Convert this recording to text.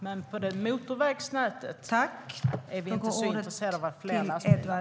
Men för motorvägsnätet är vi inte så intresserade av att ha fler lastbilar.